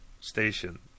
station